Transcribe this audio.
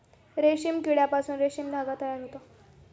रेशीम किड्यापासून रेशीम धागा तयार होतो